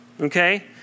Okay